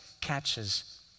catches